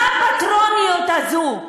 מה הפטרוניות הזו?